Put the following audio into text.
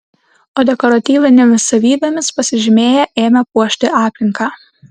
o dekoratyvinėmis savybėmis pasižymėję ėmė puošti aplinką